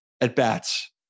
at-bats